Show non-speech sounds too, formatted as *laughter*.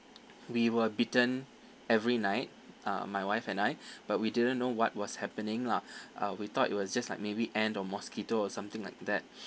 we were bitten every night uh my wife and I *breath* but we didn't know what was happening lah *breath* uh we thought it was just like maybe ant or mosquito or something like that